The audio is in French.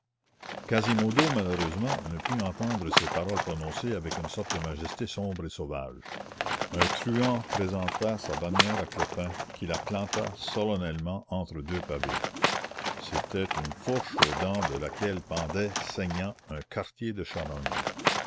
quasimodo malheureusement ne put entendre ces paroles prononcées avec une sorte de majesté sombre et sauvage un truand présenta sa bannière à clopin qui la planta solennellement entre deux pavés c'était une fourche aux dents de laquelle pendait saignant un quartier de charogne